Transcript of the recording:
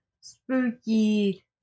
spooky